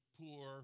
poor